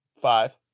five